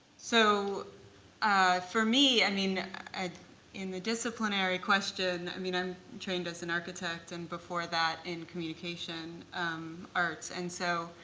so for me, i mean ah in the disciplinary question, i mean i'm trained as an architect, and before that in communication arts. and so